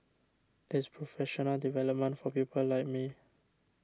it's professional development for people like me